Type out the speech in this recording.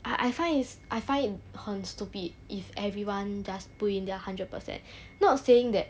I I find is I find it 很 stupid if everyone does put in their hundred percent not saying that